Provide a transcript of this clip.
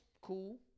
cool